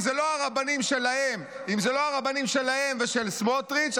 אם זה לא הרבנים שלהם ושל סמוטריץ',